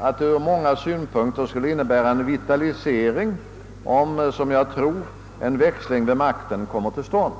att det ur många synpunkter skulle innebära en vitalisering om — som jag tror — en växling vid makten kommer till stånd.